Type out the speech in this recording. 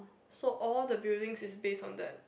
so all the buildings is based on that